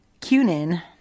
Cunin